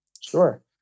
Sure